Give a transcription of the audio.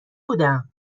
بودم